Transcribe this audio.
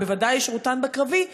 ובוודאי שירותן בקרבי,